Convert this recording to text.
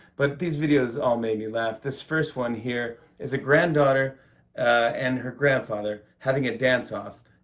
but these videos all made me laugh. this first one here is a granddaughter and her grandfather having a dance-off,